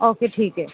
okay ٹھیک ہے